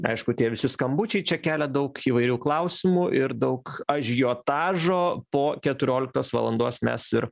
aišku tie visi skambučiai čia kelia daug įvairių klausimų ir daug ažiotažo po keturioliktos valandos mes ir